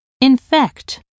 Infect